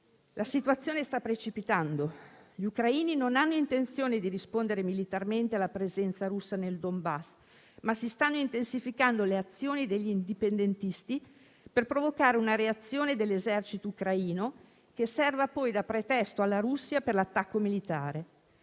la situazione sta precipitando; gli ucraini non hanno intenzione di rispondere militarmente alla presenza russa nel Donbass, ma si stanno intensificando le azioni degli indipendentisti per provocare una reazione dell'esercito ucraino, che serva poi da pretesto alla Russia per l'attacco militare.